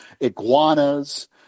iguanas